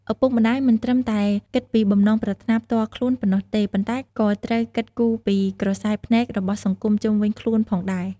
ឪពុកម្ដាយមិនត្រឹមតែគិតពីបំណងប្រាថ្នាផ្ទាល់ខ្លួនប៉ុណ្ណោះទេ ប៉ុន្តែក៏ត្រូវគិតគូរពី ក្រសែភ្នែករបស់សង្គមជុំវិញខ្លួន ផងដែរ។